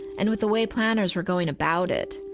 and with the way planners were going about it,